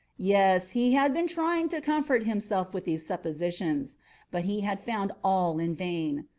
yes, he had been trying to comfort himself with these suppositions but he had found all in vain.